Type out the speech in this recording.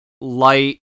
light